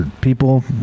people